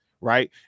Right